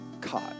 caught